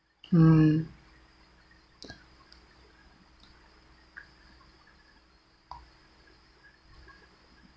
mm